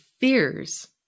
fears